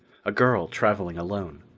a girl traveling alone.